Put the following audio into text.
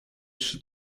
trzy